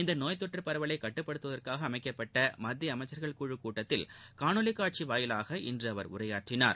இந்த நோய் தொற்று பரவலை கட்டுப்படுத்துவதற்காக அமைக்கப்பட்ட மத்திய அமைச்சா்கள் குழுக் கூட்டத்திரல் காணொலி காட்சி வாயிலாக இன்று அவர் உரையாற்றினார்